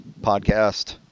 podcast